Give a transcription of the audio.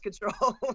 control